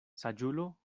saĝulo